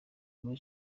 muri